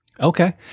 Okay